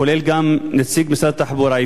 כולל נציג משרד התחבורה,